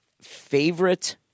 Favorite